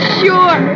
sure